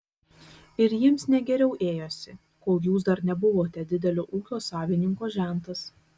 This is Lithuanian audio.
ir jiems ne geriau ėjosi kol jūs dar nebuvote didelio ūkio savininko žentas